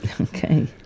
Okay